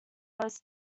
was